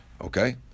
Okay